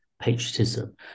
patriotism